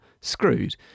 screwed